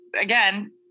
again